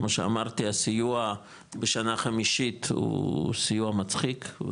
כמו שאמרתי הסיוע בשנה חמישית הוא סיוע מצחיק,